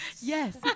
yes